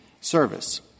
service